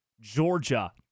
Georgia